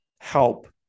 help